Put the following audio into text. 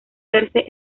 verse